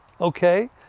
Okay